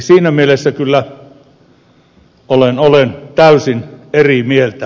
siinä mielessä kyllä olen täysin eri mieltä